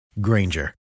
Granger